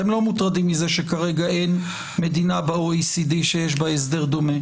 אתם לא מוטרדים מזה שכרגע אין מדינה ב-OECD שיש בה הסדר דומה.